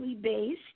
based